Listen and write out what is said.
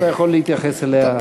אתה יכול להתייחס אליה בדבריך.